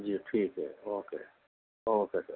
جی ٹھیک ہے okay okay سر